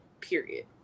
Period